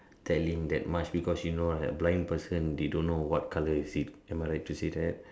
tell him that much because you know like blind person they don't know what colour is it am I right to say that